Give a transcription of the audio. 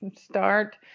start